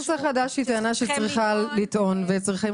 טענת נושא חדש היא טענה שצריכה לטעון וצריכים